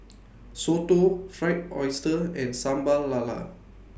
Soto Fried Oyster and Sambal Lala